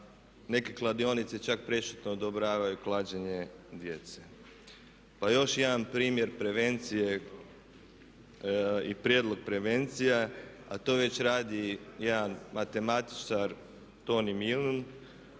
neke kladionice čak prešutno odobravaju klađenje djece. Pa još jedan primjer prevencije i prijedlog prevencije. A to već radi jedan matematičar Toni Milun